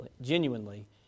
genuinely